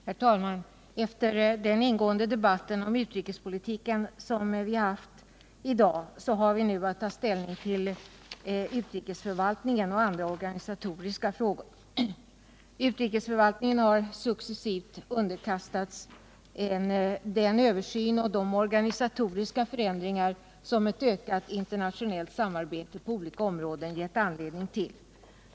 Herr talman! Efter den ingående debatt om utrikespolitiken som förts i dag har vi nu att ta ställning till utrikesförvaltningen och andra organisatoriska frågor. Utrikesförvaltningen har successivt underkastats den översyn och de organisatoriska förändringar som ett ökat internationellt samarbete på olika områden givit anledning till.